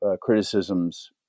criticisms